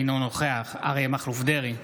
אינו נוכח אריה מכלוף דרעי,